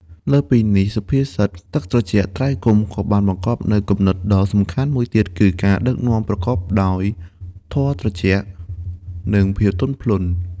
លើសពីនេះ សុភាសិត ទឹកត្រជាក់ ត្រីកុំ ក៏បានបង្កប់នូវគំនិតដ៏សំខាន់មួយទៀតគឺ ការដឹកនាំប្រកបដោយធម៌ត្រជាក់ និងភាពទន់ភ្លន់។